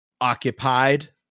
occupied